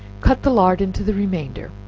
cut the lard into the remainder,